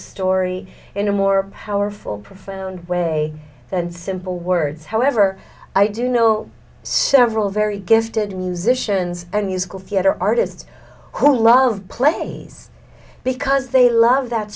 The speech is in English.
story in a more powerful profound way than simple words however i do know several very gifted musicians and musical theater artists who love plays because they love that